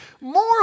more